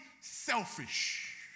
selfish